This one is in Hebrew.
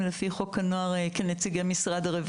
לפי חוק הנוער כנציגי משרד הרווחה.